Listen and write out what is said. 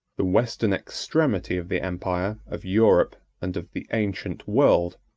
the western extremity of the empire, of europe, and of the ancient world,